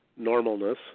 normalness